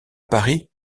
paris